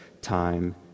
time